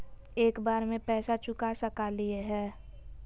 एक बार में पैसा चुका सकालिए है?